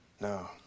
No